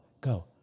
go